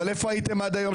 אבל איפה הייתם עד היום,